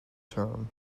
term